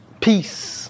Peace